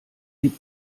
die